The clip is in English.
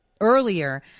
earlier